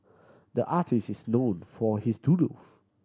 the artist is known for his doodles